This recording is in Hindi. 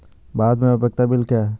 भारत में उपयोगिता बिल क्या हैं?